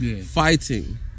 Fighting